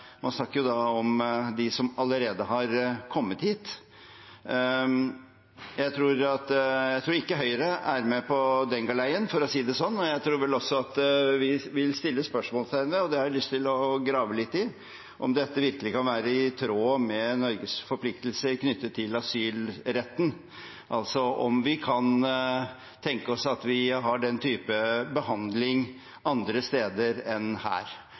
man snakker om dem som allerede har kommet hit. Jeg tror ikke Høyre er med på den galeien, for å si det sånn, og jeg tror også at vi vil sette spørsmålstegn ved – og det har jeg lyst til å grave litt i – om dette virkelig kan være i tråd med Norges forpliktelser knyttet til asylretten, altså om vi kan tenke oss at vi har den type behandling andre steder enn her.